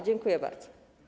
Dziękuję bardzo.